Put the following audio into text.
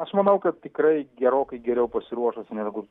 aš manau kad tikrai gerokai geriau pasiruošus negu